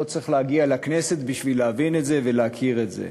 לא צריך להגיע לכנסת בשביל להבין את זה ולהכיר את זה.